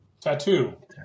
tattoo